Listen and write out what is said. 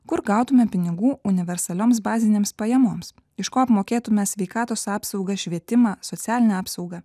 kur gautume pinigų universalioms bazinėms pajamoms iš ko apmokėtume sveikatos apsaugą švietimą socialinę apsaugą